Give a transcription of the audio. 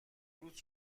روت